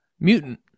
Mutant